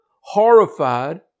horrified